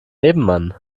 nebenmann